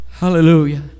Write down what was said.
Hallelujah